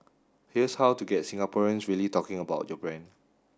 here's how to get Singaporeans really talking about your brand